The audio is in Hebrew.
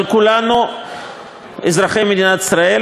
אבל כולנו אזרחי מדינת ישראל,